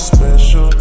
Special